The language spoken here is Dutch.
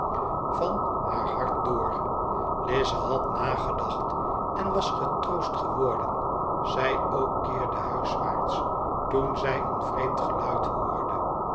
van haar hart door lize had nagedacht en was getroost geworden zij ook keerde huiswaarts toen zij een vreemd geluid hoorde